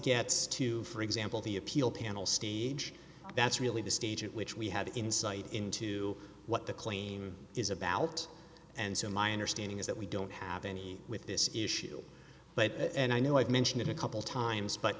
gets to for example the appeal panel steve that's really the stage at which we have insight into what the claim is about and so my understanding is that we don't have any with this issue but and i knew i'd mention it a couple times but